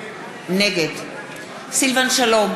נגד סילבן שלום,